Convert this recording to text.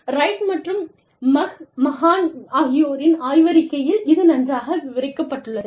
right மற்றும் McMahon ஆகியோரின் ஆய்வறிக்கையில் இது நன்றாக விவரிக்கப்பட்டுள்ளது